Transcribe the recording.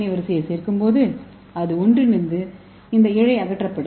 ஏ வரிசையைச் சேர்க்கும்போது அது ஒன்றிணைந்து இந்த இழை அகற்றப்படும்